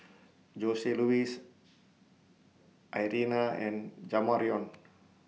Joseluis Irena and Jamarion